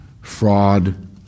fraud